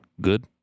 good